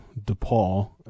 DePaul